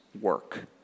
work